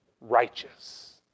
righteous